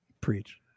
preach